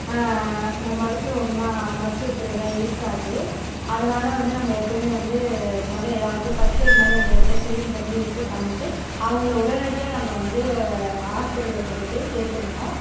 ம மருத்துவம்லாம் மருத்துவத்துறைலாம் இருக்காது அதனால் வந்து நம்ம எப்போயுமே வந்து மொதல் எதாவது ஃபஸ்ட் எயிட் மாதிரி வந்து இடத்த கிளீன் பண்ணி விட்டு பண்ணிட்டு அவங்கள உடனடியாக நம்ம வந்து ஹாஸ்பிடலில் கொண்டு போய் சேர்த்துரணும்